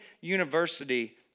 university